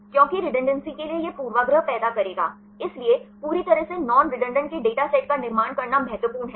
क्योंकि रेडुन्डंसे के लिए यह पूर्वाग्रह पैदा करेगा इसलिए पूरी तरह से नॉन रेडंडान्त के डेटा सेट का निर्माण करना महत्वपूर्ण है